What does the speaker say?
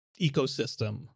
ecosystem